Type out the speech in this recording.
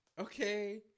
okay